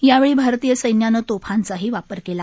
यावेळी भारतीय सैन्यानं तो ांचाही वापर केला